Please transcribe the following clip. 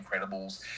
incredibles